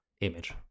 image